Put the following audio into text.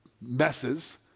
messes